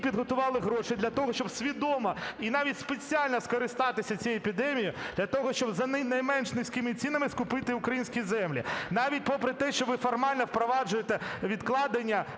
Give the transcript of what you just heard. підготували гроші для того, щоб свідомо і навіть спеціально скористатися цією епідемією для того, щоб за найменш низькими цінами скупити українські землі. Навіть попри те, що ви формально впроваджуєте відкладення